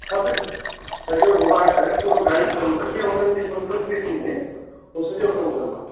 सभिनी सॼो घुमाए करे पूरो गाइड कंदोमांए जीअं उन्हनि जी संतुष्टी थिए उहो सॼो कमु कंदोमांए